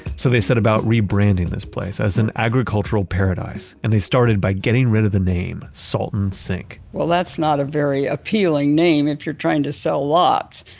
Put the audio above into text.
so, they set about rebranding this place as an agricultural paradise and they started by getting rid of the name salton sink well, that's not a very appealing name if you're trying to sell lots.